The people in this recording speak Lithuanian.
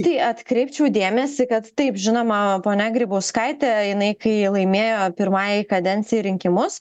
tai atkreipčiau dėmesį kad taip žinoma ponia grybauskaitė jinai kai laimėjo pirmajai kadencijai rinkimus